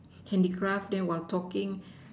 handicraft then while talking